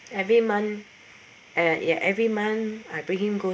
every month and ya every month I bring him go